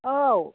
औ